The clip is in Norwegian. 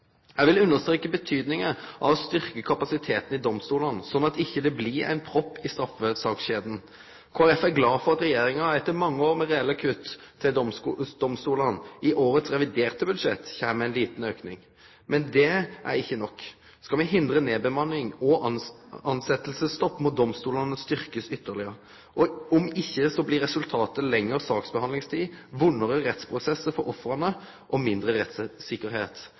Eg vil understreke tydinga av å styrkje kapasiteten i domstolane, slik at dei ikkje blir ein propp i straffesakskjeda. Kristeleg Folkeparti er glad for at regjeringa, etter mange år med reelle kutt til domstolane, i årets reviderte budsjett kjem med ein liten auke. Men det er ikkje nok. Skal me hindre nedbemanning og tilsetjingsstopp, må domstolane styrkjast ytterlegare. Om ikkje blir resultatet lengre saksbehandlingstid, vondare rettsprosessar for ofra og mindre